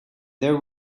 there